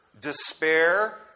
despair